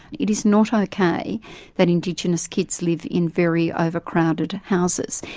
it is not ah okay that indigenous kids live in very overcrowded houses,